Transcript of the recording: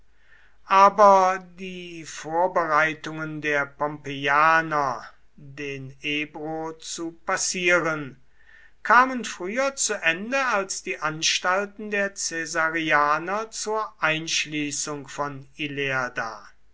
aber die vorbereitungen der pompeianer den ebro zu passieren kamen früher zu ende als die anstalten der caesarianer zur einschließung von ilerda